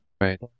right